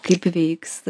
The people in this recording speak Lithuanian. kaip veiks